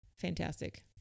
Fantastic